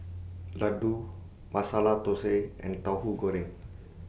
Laddu Masala Thosai and Tauhu Goreng